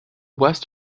west